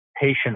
patient